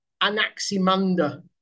Anaximander